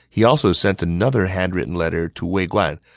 he also sent another handwritten letter to wei guan,